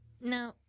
No